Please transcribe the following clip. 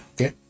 okay